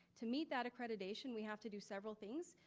to meet that accreditation, we have to do several things.